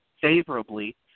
favorably